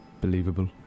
believable